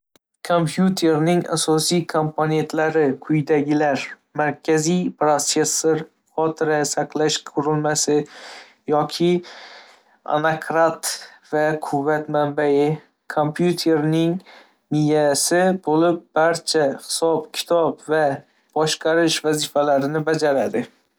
﻿Kompyuterning asosiy komponentlari quydagilar: markaziy protsessor, xotira saqlash qurilmasi, yoki onakrat va quvvat manbai, kompyuterning miyasi bo'lib, barcha hisob-kitob va boshqarish vazifalarini bajaradi.